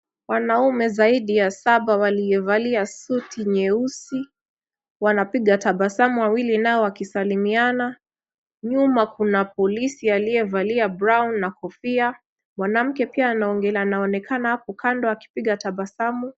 Wanaume zaidi ya saba waliovalia suti nyeusi, wanapiga tabasamu, wawili nao wakisalimiana. Nyuma kuna polisi aliyevalia brown na kofia. Mwanamke pia anaonekana hapo kando akipiga tabasamu.